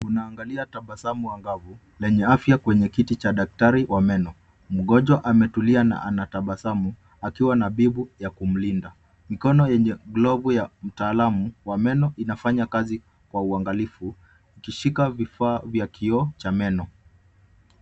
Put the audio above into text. Tunaangalia tabasamu wangavu lenye afya kwenye kiti cha daktari wa meno. Mgonjwa ametulia na anatabasamu akiwa na bibu ya kumlinda. Mikono yenye globu ya utaalamu wa meno inafanya kazi kwa uangalifu ukishika vifaa vya kioo cha meno.